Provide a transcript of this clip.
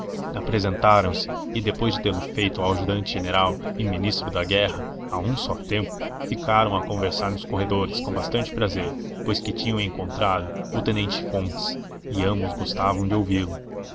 apresentaram-se e depois de tê-lo feito ao ajudante general e ministro da guerra a um só tempo ficaram a conversar nos corredores com bastante prazer pois que tinham encontrado o tenente fontes e ambos gostavam de ouvi-lo